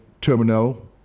terminal